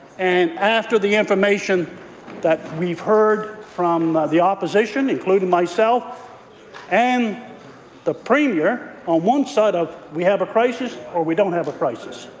and after the information that we've heard from the opposition, including myself and the premier, on one side we have a crisis or we don't have a crisis.